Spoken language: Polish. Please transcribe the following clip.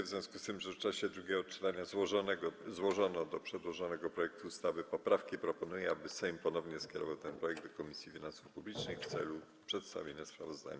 W związku z tym, że w czasie drugiego czytania złożono do przedłożonego projektu ustawy poprawki, proponuję, aby Sejm ponownie skierował ten projekt do Komisji Finansów Publicznych w celu przedstawienia sprawozdania.